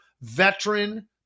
veteran